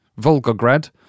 Volgograd